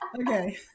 Okay